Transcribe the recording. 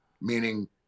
meaning